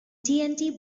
tnt